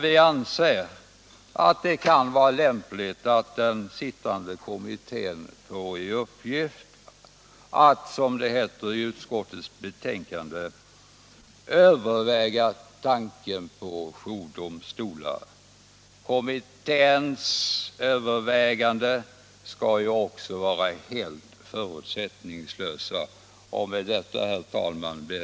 Vi anser att det kan vara lämpligt att den sittande kommittén får i uppgift att, som det heter i utskottets betänkande, överväga tanken på jourdomstolar.